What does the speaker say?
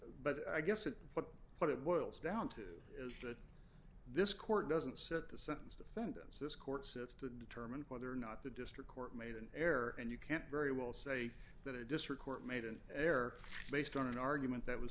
but i guess it but what it boils down to is that this court doesn't set the sentence defendants this court sits to determine whether or not the district court made an error and you can't very well say that a district court made an error based on an argument that was